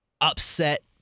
upset